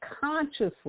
consciously